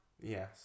Yes